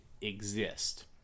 exist